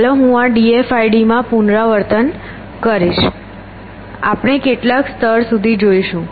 ચાલો હું d f i d માં પુનરાવર્તન કરીએ આપણે કેટલાક સ્તર સુધી શોધીશું